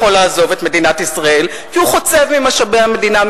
יכול לעזוב את מדינת ישראל כי הוא חוצב ממשאבי המדינה,